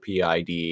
PID